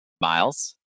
Miles